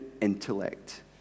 intellect